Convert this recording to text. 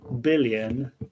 billion